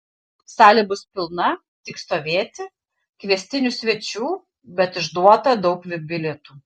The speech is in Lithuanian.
salė bus pilna tik stovėti kviestinių svečių bet išduota daug vip bilietų